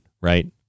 right